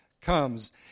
comes